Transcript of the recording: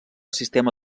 sistema